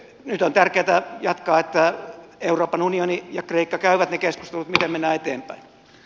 nyt on tärkeätä jatkaa siten että euroopan unioni ja kreikka käyvät ne keskustelut miten mennään eteenpäin